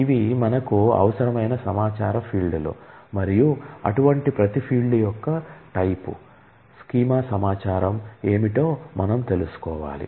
ఇవి మనకు అవసరమైన సమాచార ఫీల్డ్లు స్కీమా సమాచారం ఏమిటో మనం తెలుసుకోవాలి